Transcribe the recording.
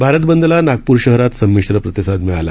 भारतबंदलानागपूरशहरातसंमिश्रप्रतिसादमिळाला